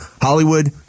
Hollywood